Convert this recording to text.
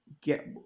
get